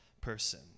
person